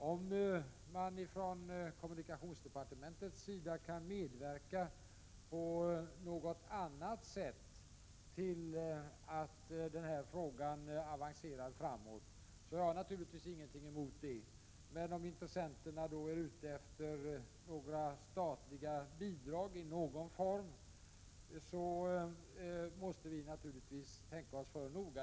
Om kommunikationsdepartementet kan medverka på något annat sätt till att frågan avancerar, har jag naturligtvis ingenting emot det, men om intressenterna är ute efter statliga bidrag i någon form, måste vi naturligtvis tänka oss för noga.